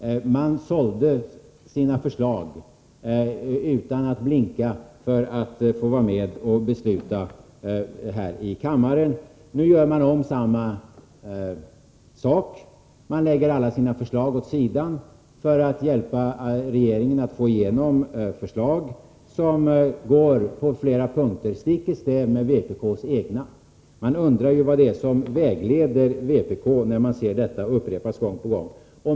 Vpk sålde utan att blinka sina förslag för att få vara med och besluta här i kammaren. Nu gör vpk om samma sak. Kommunisterna lägger alla sina förslag åt sidan för att hjälpa regeringen att få igenom förslag som på flera punkter går stick i stäv mot vpk:s egna. Man undrar vad det är som vägleder vpk, när man ser detta upprepas gång på gång.